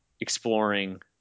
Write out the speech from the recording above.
exploring